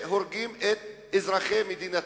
שהורגים את אזרחי מדינתם.